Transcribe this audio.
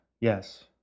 yes